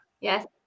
Yes